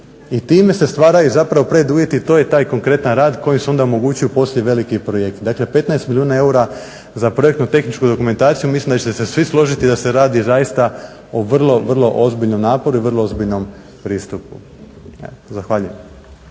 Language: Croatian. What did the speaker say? I time se stvaraju zapravo preduvjeti, to je taj konkretan rad kojim se onda omogućuju poslije veliki projekti. Dakle 15 milijuna eura za projektno tehničku dokumentaciju. Mislim da ćete se svi složiti da se radi zaista o vrlo, vrlo ozbiljnom naporu i vrlo ozbiljnom pristupu. Zahvaljujem.